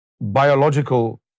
biological